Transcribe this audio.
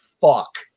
fuck